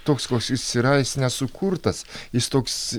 toks koks jis yra jis nesukurtas jis toks